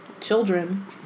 children